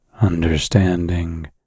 understanding